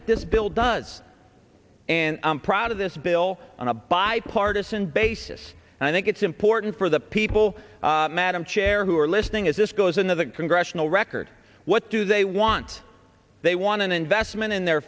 what this bill does and i'm proud of this bill on a bipartisan basis and i think it's important for the people madam chair who are listening as this goes into the congressional record what do they want they want an investment in their